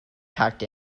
packed